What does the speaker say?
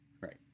Right